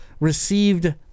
Received